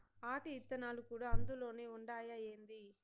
ఆటి ఇత్తనాలు కూడా అందులోనే ఉండాయా ఏంది